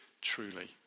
truly